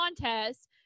contest